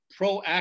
proactive